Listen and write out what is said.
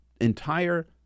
entire